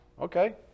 Okay